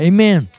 Amen